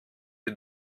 die